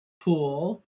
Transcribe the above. pool